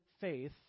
faith